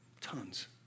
Tons